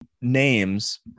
names